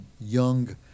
young